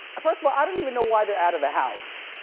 first of all, i don't even know why they're out of the house,